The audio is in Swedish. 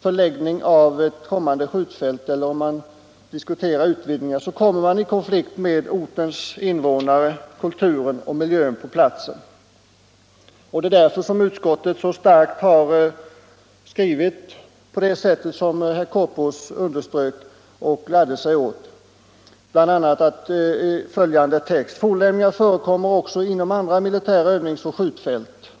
förlägga ett kommande skjutfält eller var man än bestämmer att utvidga ett skjutfält kommer man i konflikt med ortens invånare, kulturen och miljön på platsen. Därför har utskottet skrivit bl.a. följande, vilket herr Korpås gladde sig åt: ”Fornlämningar förekommer också inom andra militära övnings-och skjutfält.